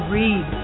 read